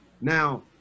now